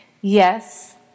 Yes